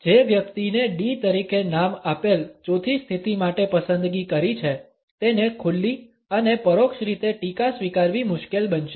જે વ્યક્તિને D તરીકે નામ આપેલ ચોથી સ્થિતિ માટે પસંદગી કરી છે તેને ખુલ્લી અને પરોક્ષ રીતે ટીકા સ્વીકારવી મુશ્કેલ બનશે